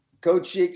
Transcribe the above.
Coach